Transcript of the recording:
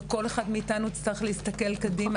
וכל אחד מאתנו יצטרך להסתכל קדימה,